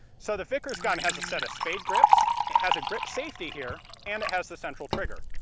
so the vickers gun has a set of spade grips. it has a grip safety here and it has the central trigger.